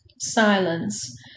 Silence